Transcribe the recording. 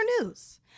news